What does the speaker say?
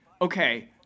okay